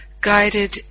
guided